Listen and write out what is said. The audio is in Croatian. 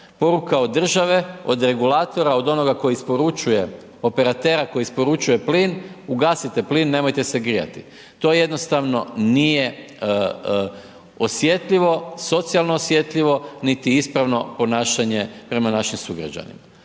Poruka od države, od regulatora, od onoga tko isporučuje, operatera koji isporučuje plin, ugasite plin, nemojte se grijati. To jednostavno nije osjetljivo, socijalno osjetljivo niti ispravno ponašanje prema našim sugrađanima.